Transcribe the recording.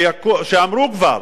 שאמרו כבר,